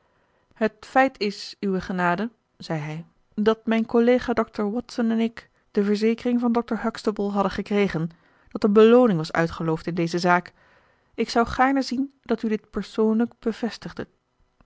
het feit is uwe genade zei hij dat mijn collega dr watson en ik de verzekering van dr huxtable hadden gekregen dat een belooning was uitgeloofd in deze zaak ik zou gaarne zien dat u dit persoonlijk bevestigdet